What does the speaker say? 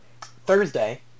Thursday